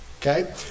okay